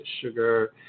sugar